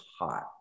hot